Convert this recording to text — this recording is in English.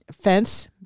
Fence